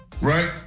right